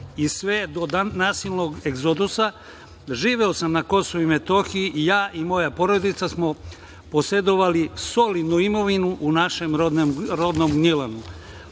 i sve do nasilnog egzodusa živeo sam na Kosovu i Metohiji i ja i moja porodica smo posedovali solidnu imovinu u našem rodnom Gnjilanu. Država